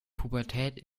pubertät